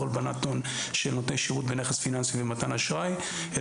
הלבנת הון של נותני שירות בנכס פיננסי ומתן אשראי אל